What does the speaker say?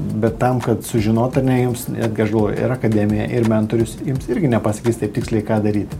bet tam kad sužinot ar ne jums netgi aš galvoju ir akademija ir mentorius jums irgi nepasakys taip tiksliai ką daryt